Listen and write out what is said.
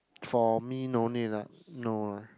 for me no need lah no lah